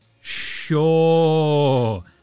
sure